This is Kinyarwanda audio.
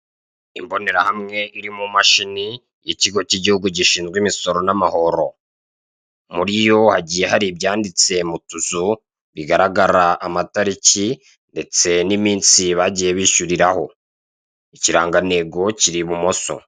Imbonerahamwe irimu mashini y'ikigo k'igihugu gishinzwe imisoro n'amahoro, muri yo hagiye hari ibyanditse mu tuzu bigaragara amatariki ndetse n'iminsi bagiye bishyuriraho ikirangantego kiri ibumoso.